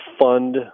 fund